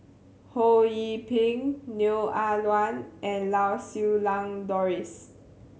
Ho Yee Ping Neo Ah Luan and Lau Siew Lang Doris